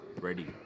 ready